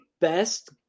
best